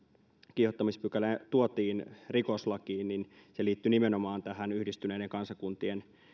kiihottamispykälä tuotiin rikoslakiin se liittyi nimenomaan tähän yhdistyneiden kansakuntien